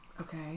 Okay